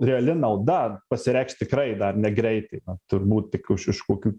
reali nauda pasireikš tikrai dar negreitai turbūt tik už už kokių